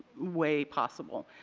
way possible.